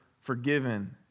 forgiven